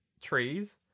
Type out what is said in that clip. trees